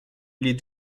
les